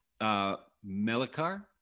Melikar